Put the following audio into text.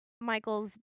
michael's